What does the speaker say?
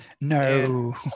no